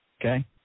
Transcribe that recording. Okay